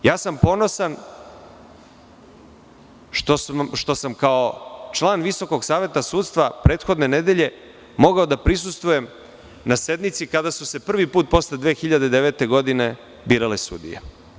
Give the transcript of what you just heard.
Ponosan sam što sam kao član Visokog saveta sudstva prethodne nedelje mogao da prisustvujem na sednici kada su se prvi put posle 2009. godine birale sudije.